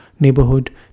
neighborhood